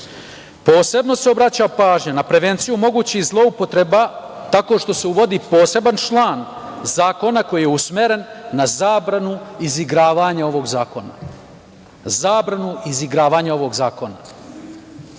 bilo. Posebno se obraća pažnja na prevenciju mogućih zloupotreba tako što se uvodi poseban član zakona koji je usmeren na zabranu izigravanja ovog